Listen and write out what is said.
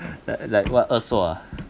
like like what er suo ah